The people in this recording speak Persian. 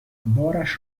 بارش